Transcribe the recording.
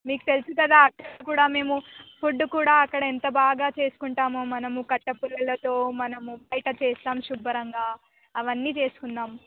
మీకు తెలుసు కదా అక్కడ కూడా మేము ఫుడ్ కూడా అక్కడ ఎంత బాగా చేసుకుంటామో మనము కట్టెపుల్లలతో మనము బయట చేస్తాము శుభ్రంగా అవన్నీ చేసుకుందాం